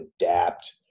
adapt